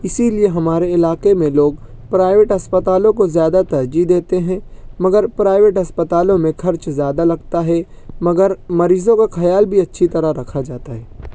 اسی لیے ہمارے علاقے میں لوگ پرائیوٹ اسپتالوں کو زیادہ ترجیح دیتے ہیں مگر پرائیوٹ اسپتالوں میں خرچ زیادہ لگتا ہے مگر مریضوں کا خیال بھی اچھی طرح رکھا جاتا ہے